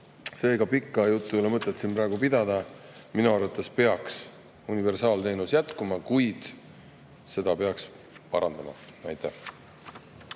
Seega pikka juttu ei ole mõtet siin praegu pidada. Minu arvates peaks universaalteenus jätkuma, kuid seda peaks parandama. Aitäh!